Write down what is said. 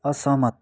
असहमत